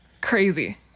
crazy